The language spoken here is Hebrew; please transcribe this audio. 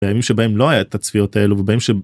בימים שבהם לא היה את הצפיות האלו ובימים ש...